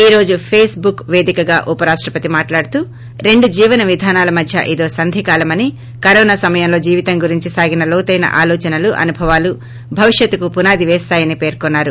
ఈ రోజు ఫేస్బుక్ వేదికగా ఉపరాస్వపతి మాట్లాడుతూ రెండు జీవన విధానాల మధ్య ఇదో సంధి కాలమని కరోస్తా సమయంలో జీవితం గురించి సాగిన లోతైన ఆలోచలు అనుభవాలు భవిష్యత్తుకు పునాది వేస్తాయని పేర్కొన్నారు